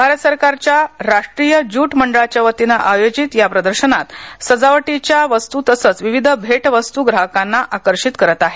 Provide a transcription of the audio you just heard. भारत सरकाच्या राष्ट्रीय ज्यूट मंडळाच्या वतीन आयोजित या प्रदर्शनात सजावटीच्या तसच विविध भेट वस्तू ग्राहकांना आकर्षित करत आहेत